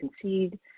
concede